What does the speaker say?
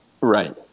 Right